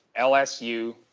LSU